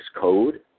Code